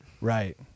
Right